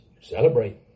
celebrate